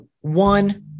One